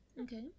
Okay